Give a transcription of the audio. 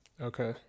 Okay